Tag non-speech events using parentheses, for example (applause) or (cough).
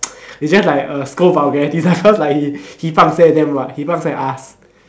(noise) is just like uh scold vulgarities cause like he pang seh them what he pang seh us